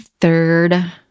third